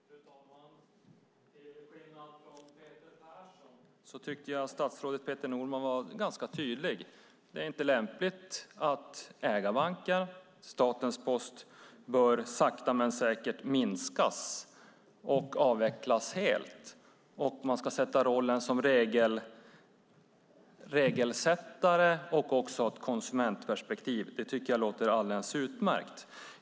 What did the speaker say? Fru talman! Till skillnad från Peter Persson tyckte jag att statsrådet Peter Norman var ganska tydlig: Det är inte lämpligt att äga banken. Statens post bör sakta men säkert minskas och avvecklas helt. Man ska ha rollen som regelsättare och också ha ett konsumentperspektiv. Det tycker jag låter alldeles utmärkt.